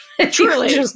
Truly